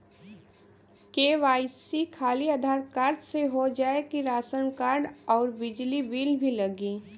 KYC खाली Aadhaar card से हो जाए कि राशन कार्ड अउर बिजली बिल भी लगी?